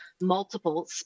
multiple